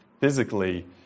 physically